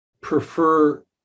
prefer